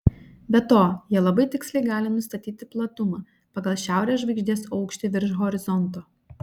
be to jie labai tiksliai gali nustatyti platumą pagal šiaurės žvaigždės aukštį virš horizonto